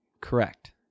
Correct